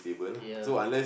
ya